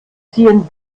ziehen